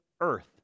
earth